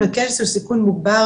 אבל איזה שהוא סיכון מוגבר.